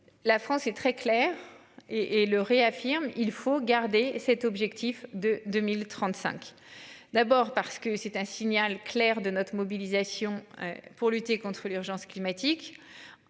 La France est très clair et et le réaffirme, il faut garder cet objectif de 2035. D'abord parce que c'est un signal clair de notre mobilisation pour lutter contre l'urgence climatique.